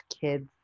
kids